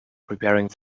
preparing